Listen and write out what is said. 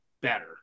better